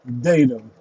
data